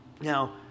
now